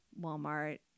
Walmart